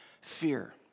fear